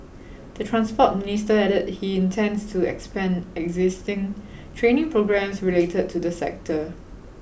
the transport minister added he intends to expand existing training programmes related to the sector